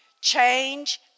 Change